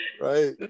Right